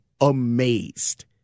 amazed